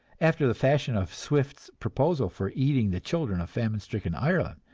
after the fashion of swift's proposal for eating the children of famine-stricken ireland.